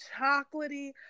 chocolatey